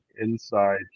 inside